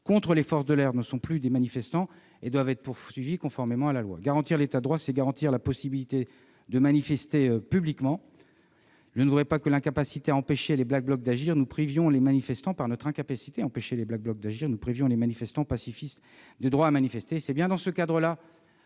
-contre les forces de l'ordre ne sont plus des manifestants et doivent être poursuivis conformément à la loi. Garantir l'État de droit, c'est garantir la possibilité de manifester publiquement. Je ne voudrais pas que, par notre incapacité à empêcher les Black Blocs d'agir, nous privions les manifestants pacifistes du droit à manifester. C'est bien dans ce cadre-là